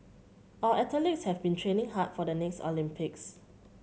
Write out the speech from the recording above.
our athletes have been training hard for the next Olympics